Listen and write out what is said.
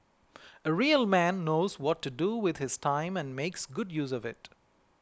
a real man knows what to do with his time and makes good use of it